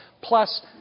plus